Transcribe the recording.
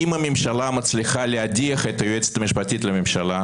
אם הממשלה מצליחה להדיח את היועצת המשפטית לממשלה,